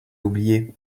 oublié